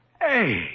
Hey